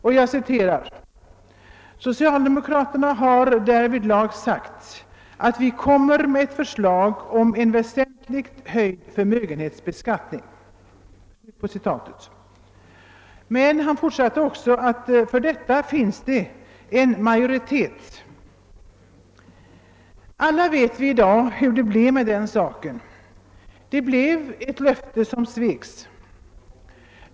framhöll följande: »Socialdemokraterna har därvidlag sagt att vi kommer med ett förslag om en väsentligt höjd förmögenhetsbeskattning.» Utskottets talesman fortsatte emellertid också med att säga att det förelåg en majoritet härför. Vi vet alla i dag hur det blev med den saken. Det var ett löfte som sveks.